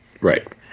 Right